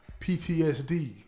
PTSD